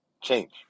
Change